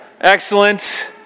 Excellent